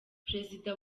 perezida